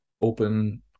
open